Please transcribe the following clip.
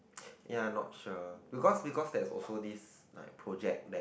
ya not sure because because there's also this like project that